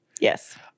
Yes